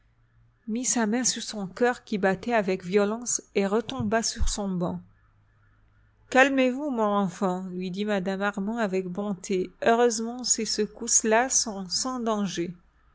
mit sa main sur son coeur qui battait avec violence et retomba sur son banc calmez-vous mon enfant lui dit mme armand avec bonté heureusement ces secousses là sont sans danger